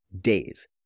days